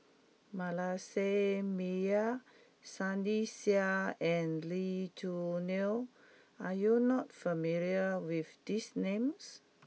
Manasseh Meyer Sunny Sia and Lee Choo Neo are you not familiar with these names